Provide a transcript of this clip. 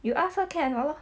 you ask her can or not lor